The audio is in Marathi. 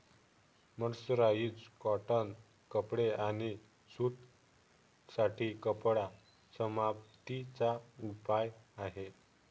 मर्सराइज कॉटन कपडे आणि सूत साठी कपडा समाप्ती चा उपाय आहे